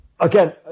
Again